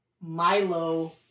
Milo